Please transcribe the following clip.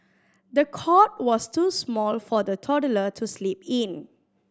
the cot was too small for the toddler to sleep in